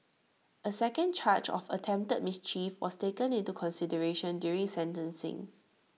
A second charge of attempted mischief was taken into consideration during sentencing